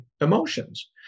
emotions